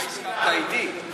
אתה הסכמת אתי.